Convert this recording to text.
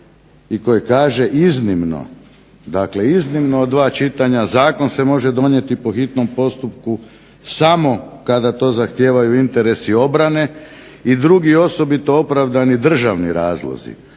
i koji kaže iznimno, dakle iznimno od dva čitanja zakon se može donijeti po hitnom postupku samo kada to zahtijevaju interesi obrane i drugi osobito opravdani državni razlozi,